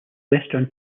western